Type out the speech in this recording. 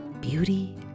beauty